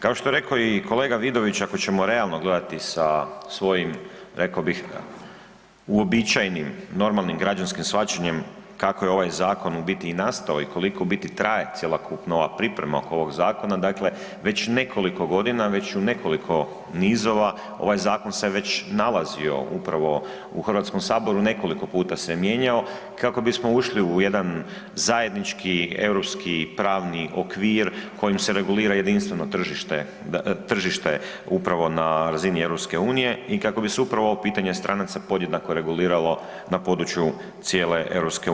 Kao što je rekao i kolega Vidović ako ćemo realno gledati sa svojim rekao bih uobičajenim normalnim građanskim shvaćanjem kako je ovaj zakon u biti i nastao i koliko u biti traje cjelokupno ova priprema oko ovog zakona, dakle već nekoliko godina, već u nekoliko nizova ovaj zakon se već nalazio upravo u Hrvatskom saboru, nekoliko puta se mijenjao i kako bismo ušli u jedan zajednički europski pravni okvir kojim se regulira jedinstveno tržište upravo na razini EU i kako bi se upravo ovo pitanje stranaca podjednako reguliralo na području cijele EU.